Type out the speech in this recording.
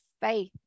faith